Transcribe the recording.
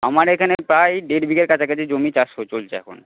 আমার এখানে প্রায় দেড় বিঘের কাছাকাছি জমি চাষ চলছে এখন